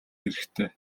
хэрэгтэй